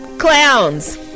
clowns